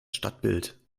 stadtbild